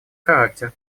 характер